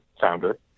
founder